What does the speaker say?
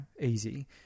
easy